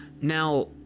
Now